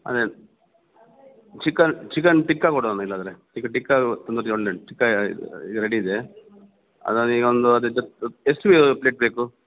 ಅದೇ chicken chicken tikka ಕೊಡುವನ ಇಲ್ಲಾದರೆ ಟಿಕ ಟಿಕ್ಕಾದು ತಂದೂರಿ ಒಳ್ಳೇದ್ ಉಂಟು ಟಿಕ್ಕಾ ಇದು ಇದು ರೆಡಿ ಇದೆ ಅದನ್ನ ಈಗೊಂದು ಅದ್ರ ಜೊತೆ ಎಷ್ಟು ಪ್ಲೇಟ್ ಬೇಕು